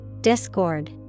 Discord